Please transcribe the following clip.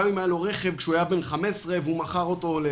גם אם היה לו רכב כשהיה בן 15 ומכר אותו,